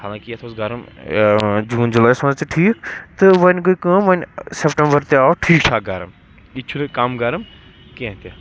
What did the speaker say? حالانٛکہِ یَتھ اوس گرم جوٗن جُلایَس منٛز تہِ ٹھیٖک تہٕ وۄنۍ گٔے کٲم وۄنۍ سیٚپٹمبَر تہِ آو ٹھیٖک ٹھاکھ گَرم یہِ تہِ چھُنہٕ کَم گرم کیٚنٛہہ تہِ